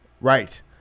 Right